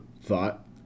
thought